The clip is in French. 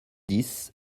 dix